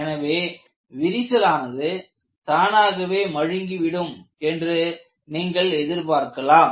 எனவே விரிசலானது தானாகவே மழுங்கி விடும் என்று நீங்கள் எதிர்பார்க்கலாம்